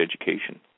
education